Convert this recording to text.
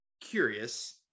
curious